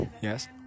Yes